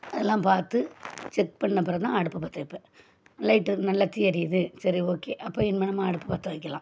அதலாம் பார்த்து செக் பண்ண பிறகு தான் அடுப்பை பற்ற வைப்பேன் லைட்டர் நல்லா தீ எரியுது சரி ஓகே அப்போ இனிமேல் நம்ம அடுப்பை பற்ற வைக்கலாம்